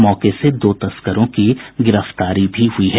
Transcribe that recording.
मौके से दो तस्करों की गिरफ्तारी भी हुई है